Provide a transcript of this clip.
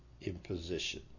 imposition